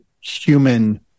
human